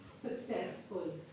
Successful